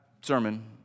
sermon